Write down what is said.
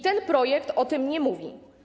Ten projekt o tym nie mówi.